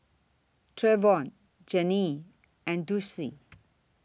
Treyvon Janie and Dulcie